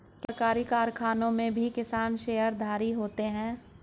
क्या सरकारी कारखानों में भी किसान शेयरधारी होते हैं?